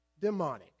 demonic